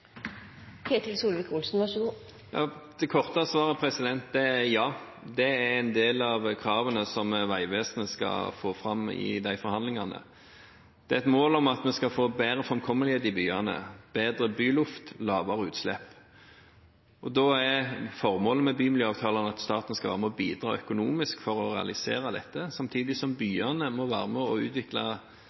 Det korte svaret er ja. Det er en del av kravene som Vegvesenet skal få fram i de forhandlingene. Det er et mål at vi skal få bedre framkommelighet i byene, bedre byluft, lavere utslipp. Formålet med bymiljøavtalene er at staten skal være med og bidra økonomisk for å realisere dette, samtidig som byene må være med og utvikle,